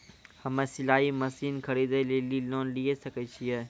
हम्मे सिलाई मसीन खरीदे लेली लोन लिये सकय छियै?